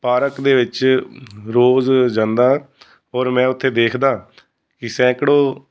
park ਦੇ ਵਿੱਚ ਰੋਜ਼ ਜਾਂਦਾ ਔਰ ਮੈਂ ਉੱਥੇ ਦੇਖਦਾਂ ਕਿ ਸੈਂਕੜੋ